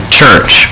church